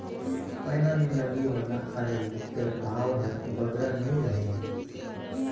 पैना मे लगे वाला अरई कर भाव हर बगरा नी रहें